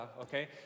okay